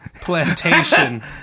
plantation